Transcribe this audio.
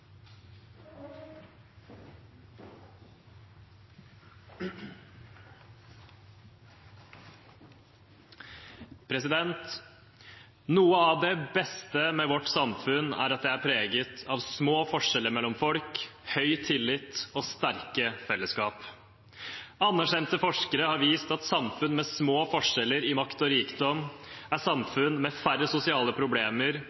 folk. Noe av det beste med vårt samfunn er at det er preget av små forskjeller mellom folk, høy tillit og sterke felleskap. Anerkjente forskere har vist at samfunn med små forskjeller i makt og rikdom er samfunn med færre sosiale problemer,